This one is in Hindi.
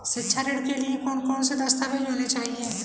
शिक्षा ऋण के लिए कौन कौन से दस्तावेज होने चाहिए?